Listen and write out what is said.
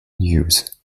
use